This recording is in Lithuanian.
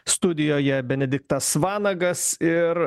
studijoje benediktas vanagas ir